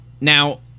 Now